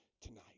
tonight